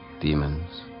demons